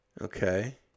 Okay